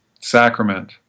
sacrament